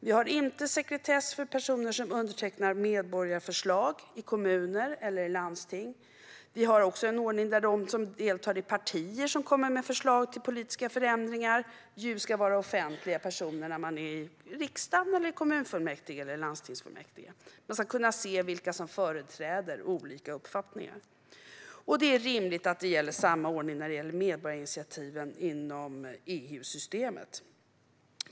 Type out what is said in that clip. Vi har inte sekretess för personer som undertecknar medborgarförslag i kommuner eller landsting. Vi har också en ordning där de som deltar i partier som kommer med förslag till politiska förändringar ska vara offentliga personer när man är i riksdagen, kommunfullmäktige eller landstingsfullmäktige. Man ska kunna se vilka som företräder olika uppfattningar. Det är rimligt att ha samma ordning när det gäller medborgarinitiativen i EU-systemet.